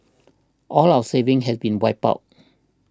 all our savings have been wiped out